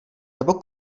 nebo